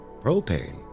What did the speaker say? Propane